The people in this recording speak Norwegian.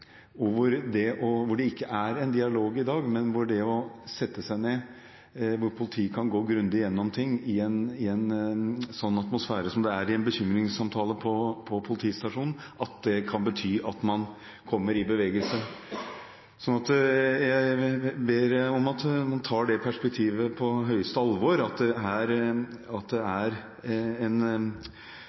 sette seg ned, og det at politiet kan gå grundig gjennom ting i en sånn atmosfære som det er i en bekymringssamtale på politistasjonen, kan bety at man kommer i bevegelse. Så jeg ber om at man tar dette perspektivet på største alvor: at det er en erfaring at man har en gruppe personer over 18 år hvor man trenger å komme i gang med noe. Det er